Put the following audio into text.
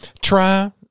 try